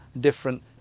different